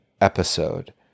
episode